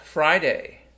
Friday